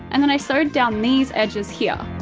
and then i sewed down these edges here.